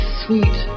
sweet